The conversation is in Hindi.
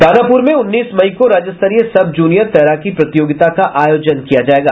दानापुर में उन्नीस मई को राज्यस्तरीय सब जूनियर तैराकी प्रतियोगिता का आयोजन किया जायेगा